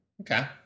Okay